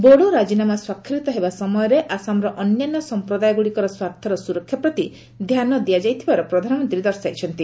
ବୋଡୋ ରାଜିନାମା ସ୍ୱାକ୍ଷରିତ ହେବା ସମୟରେ ଆସାମର ଅନ୍ୟାନ୍ୟ ସମ୍ପ୍ରଦାୟଗୁଡ଼ିକର ସ୍ୱାର୍ଥର ସୁରକ୍ଷା ପ୍ରତି ଧ୍ୟାନ ଦିଆଯାଇଥିବାର ପ୍ରଧାନମନ୍ତ୍ରୀ ଦର୍ଶାଇଛନ୍ତି